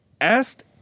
asked